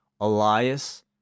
Elias